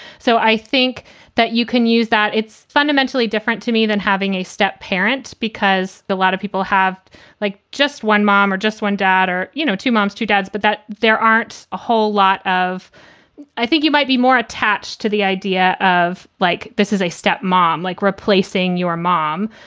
so i think that you can use that it's fundamentally different to me than having a step parent, because a lot of people have like just one mom or just one dad or you know two moms, two dads. but there aren't a whole lot of i think you might be more attached to the idea of like this is a step mom, like replacing your mom.